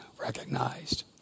recognized